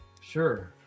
Sure